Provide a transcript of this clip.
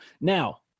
Now